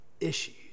issues